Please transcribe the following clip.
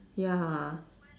ya